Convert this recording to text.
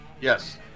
Yes